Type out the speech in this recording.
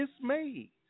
dismayed